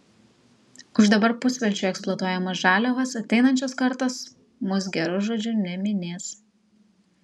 už dabar pusvelčiui eksploatuojamas žaliavas ateinančios kartos mus geru žodžiu neminės